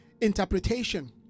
interpretation